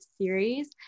series